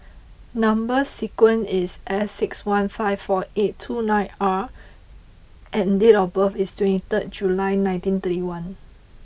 number sequence is S six one five four eight two nine R and date of birth is twenty third July nineteen thirty one